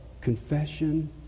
confession